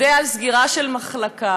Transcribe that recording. יודע על סגירה של מחלקה,